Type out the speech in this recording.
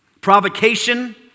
Provocation